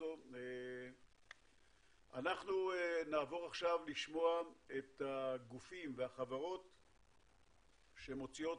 אנחנו נעבור עכשיו לשמוע את הגופים והחברות שמוציאים,